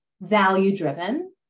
value-driven